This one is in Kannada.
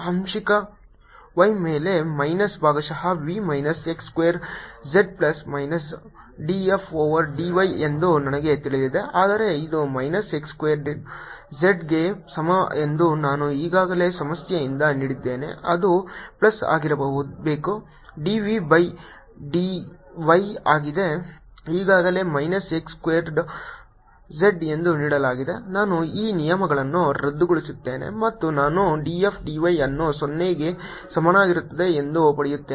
ಈಗ ಆಂಶಿಕ y ಮೇಲೆ ಮೈನಸ್ ಭಾಗಶಃ v minus x square z plus minus d f over d y ಎಂದು ನನಗೆ ತಿಳಿದಿದೆ ಆದರೆ ಇದು ಮೈನಸ್ x ಸ್ಕ್ವೇರ್ಡ್ z ಗೆ ಸಮ ಎಂದು ನಾನು ಈಗಾಗಲೇ ಸಮಸ್ಯೆಯಿಂದ ನೀಡಿದ್ದೇನೆ ಅದು ಪ್ಲಸ್ ಆಗಿರಬೇಕು dv ಬೈ dy ಆಗಿದೆ ಈಗಾಗಲೇ ಮೈನಸ್ x ಸ್ಕ್ವೇರ್ z ಎಂದು ನೀಡಲಾಗಿದೆ ನಾನು ಈ ನಿಯಮಗಳನ್ನು ರದ್ದುಗೊಳಿಸುತ್ತೇನೆ ಮತ್ತು ನಾನು df dy ಅನ್ನು 0 ಗೆ ಸಮನಾಗಿರುತ್ತದೆ ಎಂದು ಪಡೆಯುತ್ತೇನೆ